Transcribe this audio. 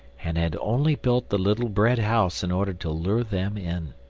and had only built the little bread house in order to lure them in.